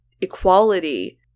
equality